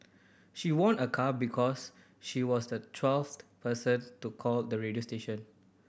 she won a car because she was the twelfth person to call the radio station